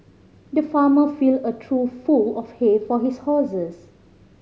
the farmer filled a trough full of hay for his horses